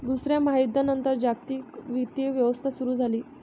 दुसऱ्या महायुद्धानंतर जागतिक वित्तीय व्यवस्था सुरू झाली